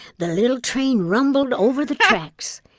the little train rumbled over the tracks.